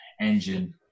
engine